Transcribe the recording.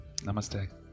Namaste